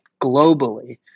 globally